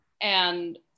And-